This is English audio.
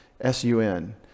S-U-N